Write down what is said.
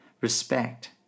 respect